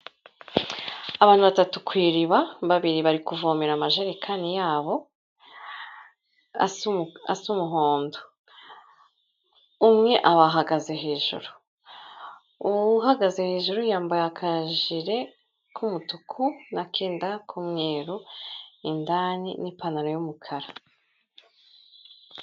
Abantu batatu ku iriba babiri bari kuvomera amajerekani yabo, asa umuhondo. Umwe abahagaze hejuru, uhagaze hejuru yambaye akajire k'umutuku n'akenda k'umweru indani n'ipantaro y'umukara.